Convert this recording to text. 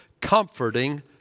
comforting